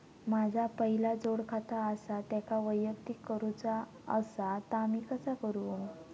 माझा पहिला जोडखाता आसा त्याका वैयक्तिक करूचा असा ता मी कसा करू?